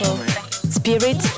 spirit